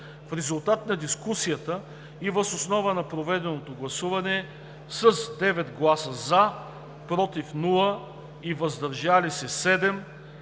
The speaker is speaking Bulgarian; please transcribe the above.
В резултат на дискусията и въз основа на проведеното гласуване с 9 гласа „за“, без „против“ и „въздържал се“